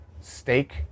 steak